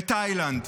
ותאילנד.